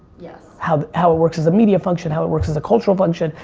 yes how how it works as a media function, how it works as a cultural function,